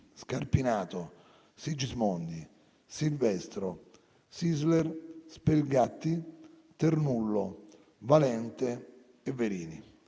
Scarpinato, Sigismondi, Silvestro, Sisler, Spelgatti, Ternullo, Valente e Verini.